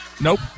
Nope